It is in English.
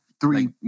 Three